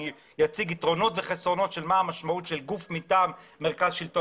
אני אציג חסרונות ויתרונות של גוף מטעם שלטון